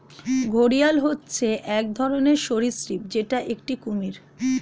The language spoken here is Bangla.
ঘড়িয়াল হচ্ছে এক ধরনের সরীসৃপ যেটা একটি কুমির